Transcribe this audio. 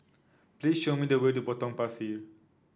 please show me the way to Potong Pasir